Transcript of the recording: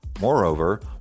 Moreover